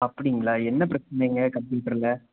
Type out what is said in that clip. அப்படிங்களா என்ன பிரச்சினைங்க கம்ப்யூட்டரில்